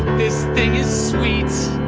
this thing is sweet.